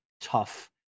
tough